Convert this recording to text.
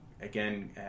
Again